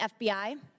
FBI